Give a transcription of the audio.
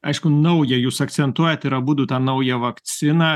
aišku naują jūs akcentuojat ir abudu tą naują vakciną